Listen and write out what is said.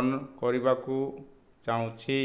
on କରିବାକୁ ଚାହୁଁଛି